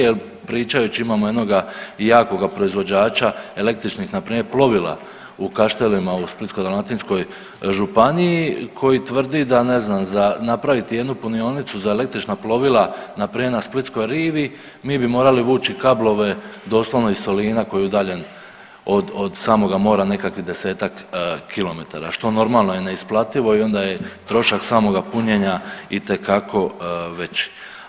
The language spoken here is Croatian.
Jer pričajući imamo i jednoga jakoga proizvođača električnih, na primjer plovila u Kaštelima u Splitsko-dalmatinskoj županiji koji tvrdi ne znam da napraviti jednu punionicu za električna plovila na primjer na splitskoj rivi mi bi morali vuči kablove doslovno iz Solina koji je udaljen od samoga mora nekakvih desetak kilometara što normalno je neisplativo i onda je trošak samoga punjenja itekako veći.